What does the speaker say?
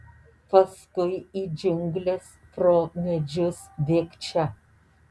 paskui į džiungles pro medžius bėgčia